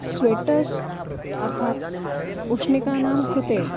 sweaters अर्थात् उष्णिकानां कृते